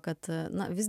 kad na vis